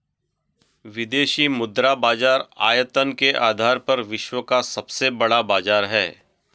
विदेशी मुद्रा बाजार आयतन के आधार पर विश्व का सबसे बड़ा बाज़ार है